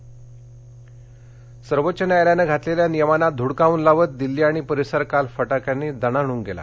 दिल्ली प्रदषण सर्वोच्च न्यायालयानं घातलेल्या नियमांना धुडकावून लावत दिल्ली आणि परिसर काल फटाक्यांनी दणाणून गेला